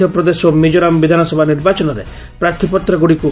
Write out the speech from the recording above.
ମଧ୍ୟପ୍ରଦେଶ ଓ ମିଜୋରାମ୍ ବିଧାନସଭା ନିର୍ବାଚନରେ ପ୍ରାର୍ଥୀପତ୍ରଗୁଡ଼ିକୁ